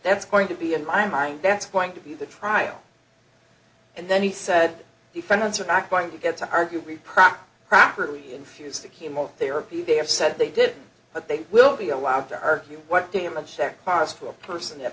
that's going to be in my mind that's going to be the trial and then he said defendants are not going to get to argue riprap properly infuse the chemotherapy they have said they did but they will be allowed to argue what damage check cost to a person that